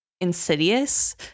insidious